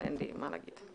אין לי מה להגיד.